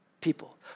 people